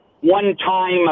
one-time